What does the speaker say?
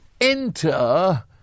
enter